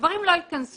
הדברים לא התכנסו.